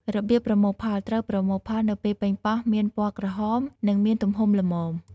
របៀបប្រមូលផល ត្រូវប្រមូលផលនៅពេលប៉េងប៉ោះមានពណ៌ក្រហម និងមានទំហំល្មម។